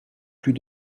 plus